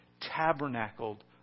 tabernacled